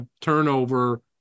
turnover